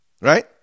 Right